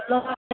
लग